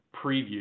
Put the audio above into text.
preview